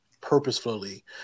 purposefully